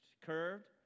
Curved